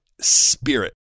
spirit